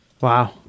Wow